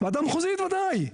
וועדה מחוזית ודאי.